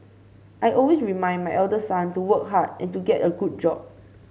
I always remind my elder son to work hard and to get a good job